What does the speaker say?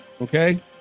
Okay